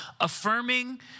Affirming